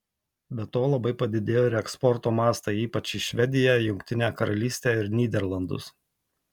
be to labai padidėjo reeksporto mastai ypač į švediją jungtinę karalystę ir nyderlandus